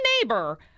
neighbor